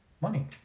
money